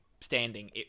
standing